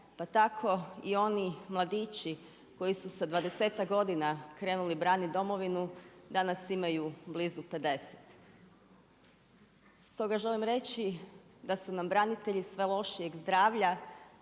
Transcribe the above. Pa tako i oni mladići koji su sa 20-tak godina krenuli braniti domovinu, danas imaju blizu 50. Stoga, želim reći da su nam branitelji sve lošijeg zdravlja,